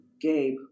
Gabe